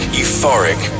euphoric